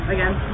Again